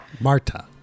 Marta